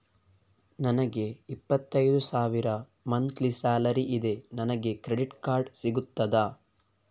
ನನಗೆ ಇಪ್ಪತ್ತೈದು ಸಾವಿರ ಮಂತ್ಲಿ ಸಾಲರಿ ಇದೆ, ನನಗೆ ಕ್ರೆಡಿಟ್ ಕಾರ್ಡ್ ಸಿಗುತ್ತದಾ?